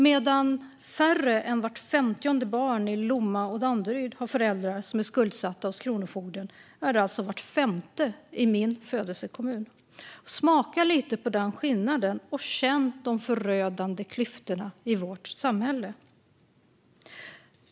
Medan färre än vart femtionde barn i Lomma och Danderyd har föräldrar som är skuldsatta hos kronofogden är det vart femte i min födelsekommun. Smaka lite på den skillnaden, och känn de förödande klyftorna i vårt samhälle.